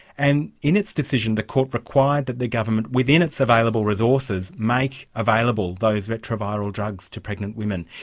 and in its decision, the court required that the government, within its available resources, make available those retroviral drugs to pregnant women,